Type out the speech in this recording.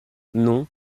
non